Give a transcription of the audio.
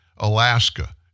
Alaska